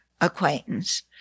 acquaintance